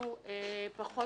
שיוגשו פחות